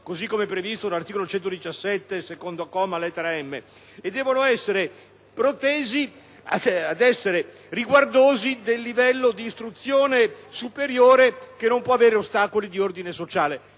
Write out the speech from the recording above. cosıcome previsto dall’articolo 117, secondo comma, lettera m), e devono essere protesi a garantire il livello di istruzione superiore, che non puo avere ostacoli di ordine sociale.